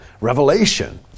revelation